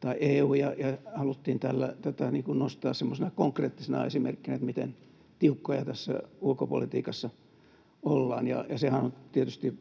tai EU, ja haluttiin tätä nostaa semmoisena konkreettisena esimerkkinä siitä, miten tiukkoja tässä ulkopolitiikassa ollaan. Ja sehän on tietysti